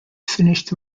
finished